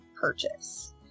purchase